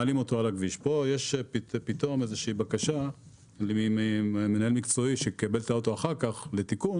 כאן יש איזושהי בקשה ממנהל מקצועי שאחר כך יקבל את הרכב לתיקון,